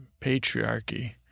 patriarchy